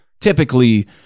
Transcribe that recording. typically